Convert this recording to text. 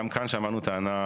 גם פה שמענו טענה